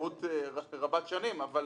מהיכרות רבת שנים, אבל